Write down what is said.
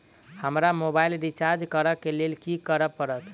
हमरा mobile recharge करऽ केँ लेल की करऽ पड़त?